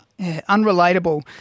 unrelatable